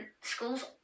schools